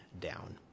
down